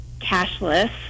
cashless